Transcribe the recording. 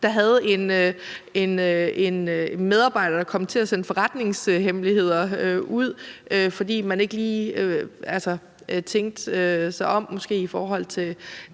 der havde en medarbejder, der kom til at sende forretningshemmeligheder ud, fordi man måske ikke lige tænkte sig om i forhold til